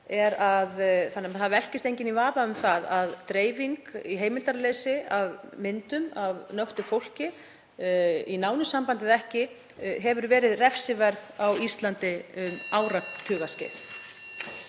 þessa umræðu. Það velkist enginn í vafa um að dreifing í heimildarleysi af myndum af nöktu fólki, í nánu sambandi eða ekki, hefur verið refsiverð á Íslandi um áratugaskeið.